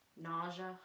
Nausea